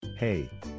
Hey